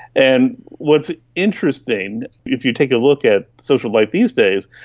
and what's interesting if you take a look at social life these days,